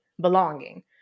Belonging